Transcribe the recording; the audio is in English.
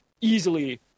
easily